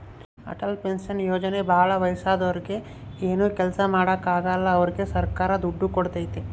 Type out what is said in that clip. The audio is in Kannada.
ಅಟಲ್ ಪೆನ್ಶನ್ ಯೋಜನೆ ಭಾಳ ವಯಸ್ಸಾದೂರಿಗೆ ಏನು ಕೆಲ್ಸ ಮಾಡಾಕ ಆಗಲ್ಲ ಅವ್ರಿಗೆ ಸರ್ಕಾರ ದುಡ್ಡು ಕೋಡ್ತೈತಿ